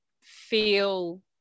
feel